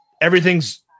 everything's